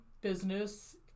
business